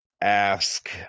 ask